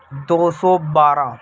دو سو بارہ